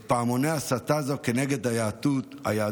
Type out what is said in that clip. את פעמוני הסתה זו כנגד היהדות